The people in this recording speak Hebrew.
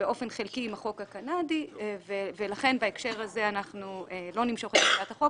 באופן חלקי עם החוק הקנדי ולכן לא נמשוך את הצעת החוק,